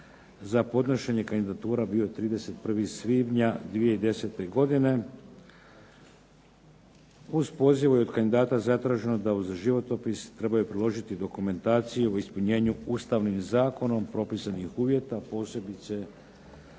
za podnošenje kandidatura bio je 31. svibnja 2010. godine. Uz poziv je od kandidata zatraženo da uz životopis trebaju priložiti dokumentaciju o ispunjenju zakonom propisanih uvjeta posebice